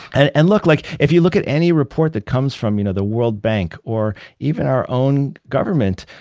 and and look, like if you look at any report that comes from you know the world bank, or even our own government,